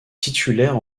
titulaire